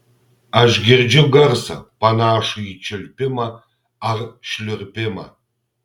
aš girdžiu garsą panašų į čiulpimą ar šliurpimą